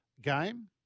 game